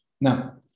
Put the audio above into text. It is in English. Now